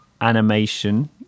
animation